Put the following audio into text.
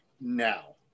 now